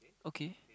okay